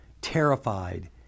terrified